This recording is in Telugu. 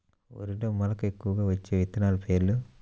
వరిలో మెలక ఎక్కువగా వచ్చే విత్తనాలు పేర్లు?